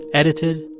edited,